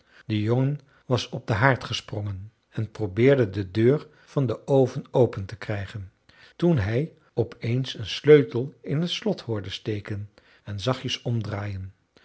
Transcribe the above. de jongen was op den haard gesprongen en probeerde de deur van den oven open te krijgen toen hij op eens een sleutel in het slot hoorde steken en zachtjes omdraaien